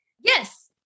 Yes